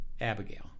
Abigail